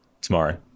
tomorrow